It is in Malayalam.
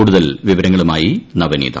കൂടുതൽ വിവരങ്ങളുമായി നവനീത